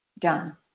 done